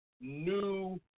new